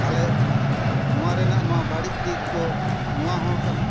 ᱛᱟᱞᱦᱮ ᱱᱚᱣᱟ ᱨᱮᱱᱟᱜ ᱱᱚᱣᱟ ᱵᱟᱹᱲᱤᱡ ᱫᱤᱠ ᱫᱚ ᱱᱚᱣᱟ ᱦᱚᱸ ᱠᱟᱱᱟ